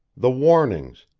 the warnings,